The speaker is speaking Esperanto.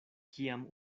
kiam